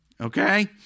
Okay